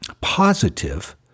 positive